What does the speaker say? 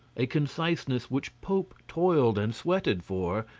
a conciseness which pope toiled and sweated for,